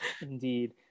indeed